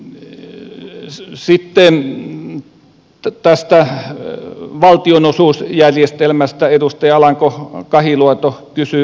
sitten tästä valtionosuusjärjestelmästä edustaja alanko kahiluoto kysyi tietojani